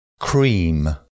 Cream